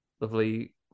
Lovely